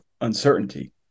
uncertainty